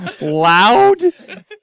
Loud